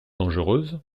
dangereuse